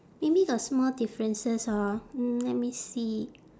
maybe got small differences orh mm let me see